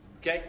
Okay